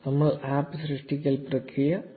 നമ്മൾ APP സൃഷ്ടിക്കൽ പ്രക്രിയ പൂർത്തിയാക്കി